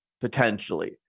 potentially